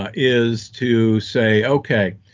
ah is to say, okay,